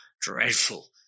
dreadful